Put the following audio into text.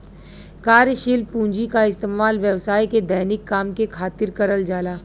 कार्यशील पूँजी क इस्तेमाल व्यवसाय के दैनिक काम के खातिर करल जाला